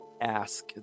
ask